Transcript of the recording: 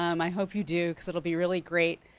um i hope you do, cause it'll be really great.